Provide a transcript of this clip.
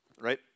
right